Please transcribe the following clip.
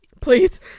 please